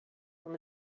from